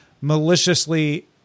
maliciously